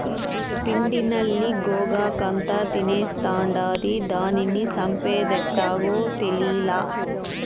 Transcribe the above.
పిండి నల్లి గోగాకంతా తినేస్తాండాది, దానిని సంపేదెట్టాగో తేలీలా